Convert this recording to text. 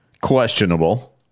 questionable